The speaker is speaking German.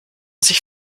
sich